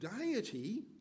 deity